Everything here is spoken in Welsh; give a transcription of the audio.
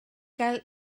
gael